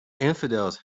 infidels